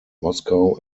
moscow